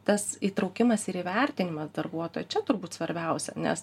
tas įtraukimas ir įvertinimas darbuotojo čia turbūt svarbiausia nes